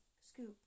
scoop